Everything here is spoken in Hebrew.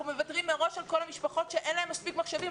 אנחנו מוותרים מראש על כל המשפחות שאין להן מספיק מחשבים?